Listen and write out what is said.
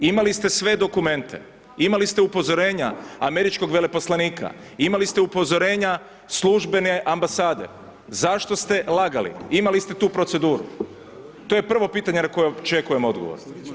Imali ste sve dokumente, imali ste upozorenja američkog veleposlanika, imali ste upozorenja službene ambasade, zašto ste lagali, imali ste tu proceduru, to je prvo pitanje na kojem očekujem odgovor.